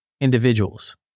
individuals